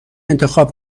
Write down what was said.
انتخاب